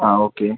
ആ ഓക്കെ